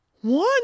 one